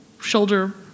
shoulder